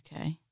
okay